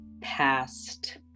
past